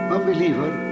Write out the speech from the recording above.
Unbeliever